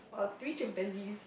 or three chimpanzees